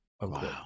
Wow